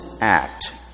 act